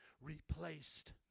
replaced